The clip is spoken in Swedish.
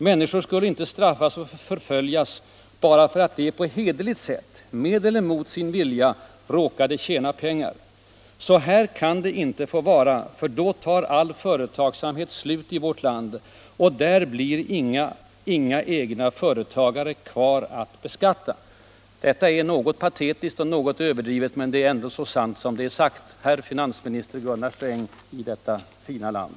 Människor skulle inte straffas och förföljas bara för att de på hederligt sätt — med eller mot sin vilja — råkade tjäna pengar. -——- Så här kan det inte få vara, för då tar all företagsamhet slut i vårt land och där blir inga egna företagare kvar att beskatta.” Detta låter litet patetiskt och något överdrivet, men det är ändå så sant som det är sagt, herr Gunnar Sträng, finansminister i detta fina land.